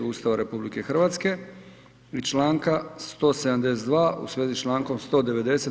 Ustava RH i članka 172. u svezi s člankom 190.